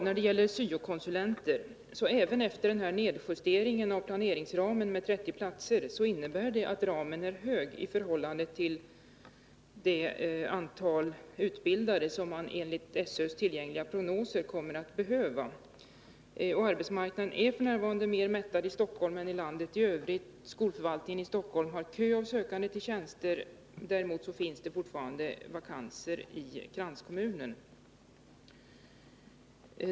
När det gäller syo-konsulenter vill jag säga till Lennart Bladh att ramen — även efter en nedjustering med 30 platser — är hög i förhållande till det antal utbildade som man enligt SÖ:s tillgängliga prognoser kommer att behöva. Arbetsmarknaden är f. n. mer mättad i Stockholm än den är i landet i övrigt. Skolförvaltningen i Stockholm har kö av sökande till tjänster. Däremot finns det fortfarande vakanser i kranskommunerna.